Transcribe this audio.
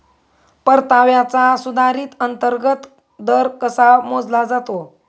परताव्याचा सुधारित अंतर्गत दर कसा मोजला जातो?